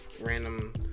random